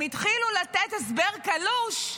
הם התחילו לתת הסבר קלוש,